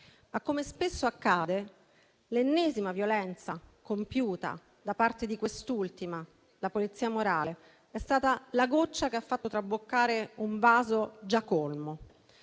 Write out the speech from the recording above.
come spesso accade, l'ennesima violenza compiuta da parte di quest'ultima - la polizia morale - è stata la goccia che ha fatto traboccare un vaso già colmo.